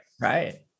Right